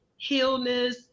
healness